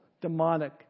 demonic